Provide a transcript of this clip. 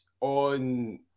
on